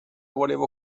volevo